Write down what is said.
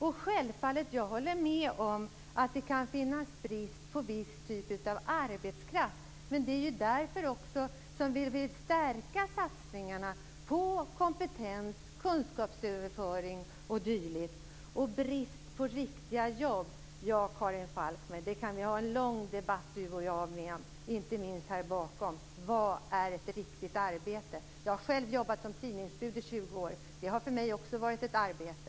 Jag håller självfallet med om att det kan finnas brist på viss typ av arbetskraft. Men det är ju också därför som vi vill stärka satsningarna på kompetens, kunskapsöverföring m.m. Karin Falkmer talade om brist på riktiga jobb. Det kan vi ha en lång debatt om, inte minst här bakom. Vad är ett riktigt arbete? Jag har själv jobbat som tidningsbud i 20 år. Det har för mig också varit ett arbete.